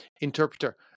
interpreter